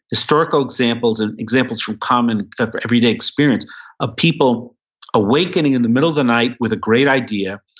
historical examples and examples from common everyday experience of people awakening in the middle of the night with a great idea,